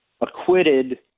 acquitted